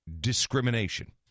discrimination